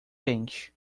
bens